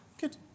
Good